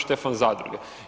Stefan zadruge.